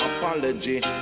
apology